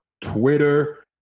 twitter